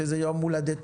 שזה יום הולדתה,